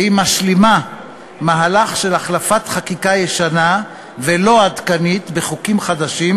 והיא משלימה מהלך של החלפת חקיקה ישנה ולא עדכנית בחוקים חדשים,